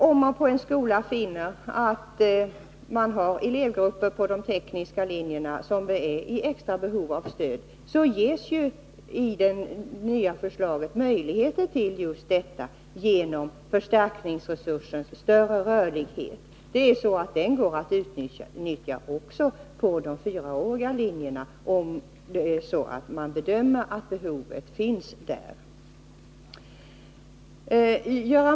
Om man på en skola finner att man har elevgrupper på de tekniska linjerna som är i behov av extra stöd, ges ju i det nya förslaget möjligheter till just detta genom förstärkningsresursens större rörlighet. Den går att utnyttja också på de fyraåriga linjerna, om man bedömer att behovet finns där.